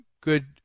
good